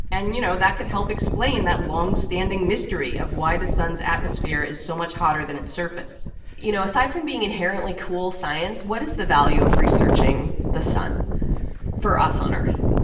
and, you know, that could help explain that long-standing mystery of why the sun's atmosphere is so much hotter than its surface you know, aside from being inherently cool science, what is the value of researching the sun for us on earth?